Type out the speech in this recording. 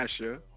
Asha